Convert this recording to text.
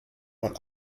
und